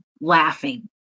laughing